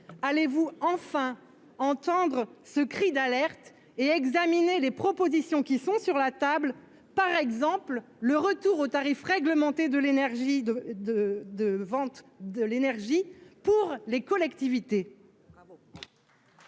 allez-vous enfin entendre ce cri d'alerte et examiner les propositions qui sont sur la table par exemple le retour aux tarifs réglementés de l'énergie, de, de, de vente de l'énergie pour les collectivités.